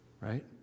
right